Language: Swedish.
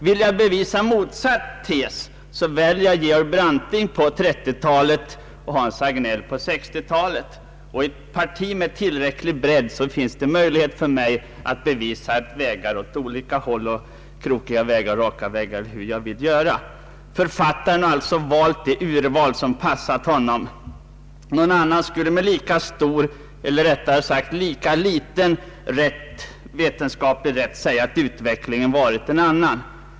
Vill jag bevisa motsatt tes väljer jag Georg Branting på 1930-talet och Hans Hagnell på 1960-talet. I ett parti med tillräcklig bredd har jag möjlighet att bevisa på olika vägar, krokiga eller raka, vad jag vill. Författaren har alltså gjort det urval som passar honom. Någon annan skulle med lika stor eller rättare sagt lika liten veten skaplig rätt säga att utvecklingen varit en annan.